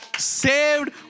saved